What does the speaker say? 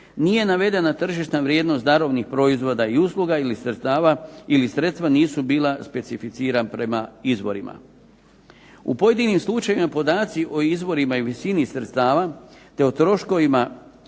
nije navedena tržišna vrijednost darovnih proizvoda ili usluga, ili sredstava ili sredstva nisu bila specificirana prema izvorima. U pojedinim slučajevima podaci o izvorima i visini sredstava te o troškovima